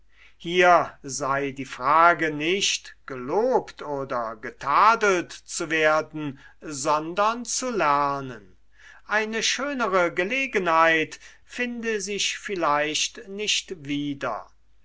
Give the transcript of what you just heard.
hier sei die frage nicht gelobt oder getadelt zu werden sondern zu lernen eine schönere gelegenheit finde sich vielleicht nicht wieder